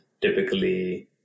typically